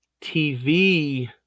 TV